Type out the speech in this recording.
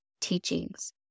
teachings